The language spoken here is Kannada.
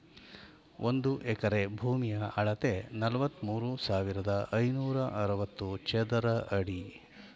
ಒಂದು ಎಕರೆ ಭೂಮಿಯ ಅಳತೆ ನಲವತ್ಮೂರು ಸಾವಿರದ ಐನೂರ ಅರವತ್ತು ಚದರ ಅಡಿ